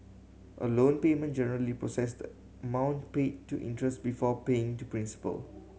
a loan payment generally process the amount paid to interest before paying to principal